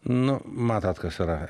nu matot kas yra